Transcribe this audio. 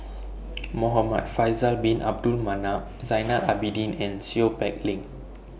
Muhamad Faisal Bin Abdul Manap Zainal Abidin and Seow Peck Leng